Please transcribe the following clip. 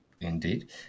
Indeed